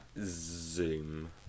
Zoom